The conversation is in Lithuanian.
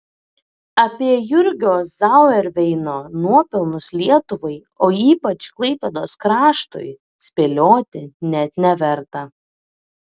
apie jurgio zauerveino nuopelnus lietuvai o ypač klaipėdos kraštui spėlioti net neverta